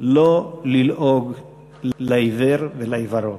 לא ללעוג לעיוור ולעיוורון.